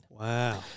Wow